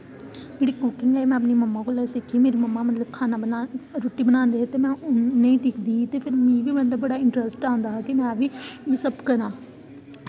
जेह्ड़ी कुकिंग ऐ एह् में अपनी मम्मा कोला सिक्खी मम्मा मतलब खाना मतलब रुट्टी बनांदे हे ते में मतलब उ'नेंगी दिखदी ही ते कन्नै मिगी बड़ा इंटरस्ट आंदा हा कि में एह् सब करांऽ